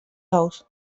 ous